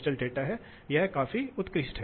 तो कुछ चीजें हैं जो यहां ध्यान देना महत्वपूर्ण है